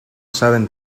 saben